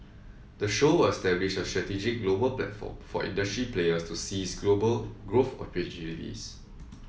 the show will establish a strategic global platform for industry players to seize global growth opportunities